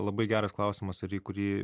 labai geras klausimas kurį